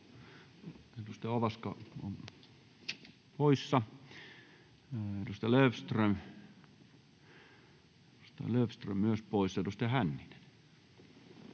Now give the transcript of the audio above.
edustaja Ovaska on poissa, edustaja Löfström — myös edustaja Löfström